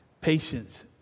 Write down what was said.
Patience